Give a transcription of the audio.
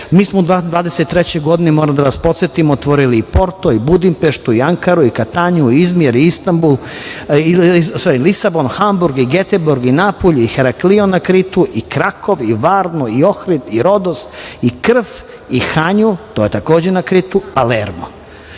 smo u 2023. godini, moram da vas podsetim, otvorili i Porto i Budimpeštu i Ankaru i Katanju i Izmir i Istanbul, zatim Lisabon, Hamburg, Geteborg, Napulj, Heraklion na Kritu, Krakov, Varnu, Ohrid, Rodos, Krf, Hanju, to je takođe na Kritu, Palermo.U